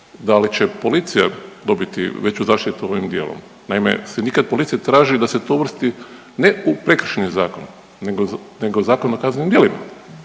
da li će policija dobiti veću zaštitu ovim djelom. Naime, sindikat policije traži da se to uvrsti ne u prekršajni zakon nego u Zakon o kaznenim djelima